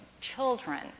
children